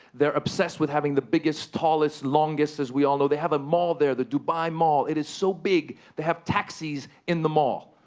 they're obsessed with having the biggest, tallest, longest, as we all know. they have a mall there, the dubai mall. it is so big, they have taxis in the mall.